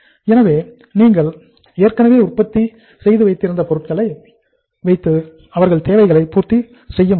எனவே நீங்கள் ஏற்கனவே உற்பத்தி செய்து வைத்திருந்த பொருட்களை வைத்து அவர்கள் தேவைகளை பூர்த்தி செய்ய முடியும்